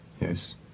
Yes